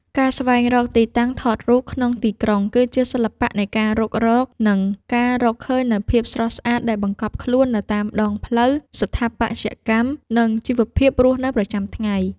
ការស្វែងរកទីតាំងថតរូបក្នុងទីក្រុង គឺជាសិល្បៈនៃការរុករក និងការរកឃើញនូវភាពស្រស់ស្អាតដែលបង្កប់ខ្លួននៅតាមដងផ្លូវ ស្ថាបត្យកម្ម និងជីវភាពរស់នៅប្រចាំថ្ងៃ។